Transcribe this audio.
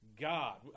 God